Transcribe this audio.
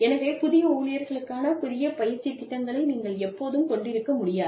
எனவே புதிய ஊழியர்களுக்கான புதிய பயிற்சித் திட்டங்களை நீங்கள் எப்போதும் கொண்டிருக்க முடியாது